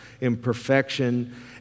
imperfection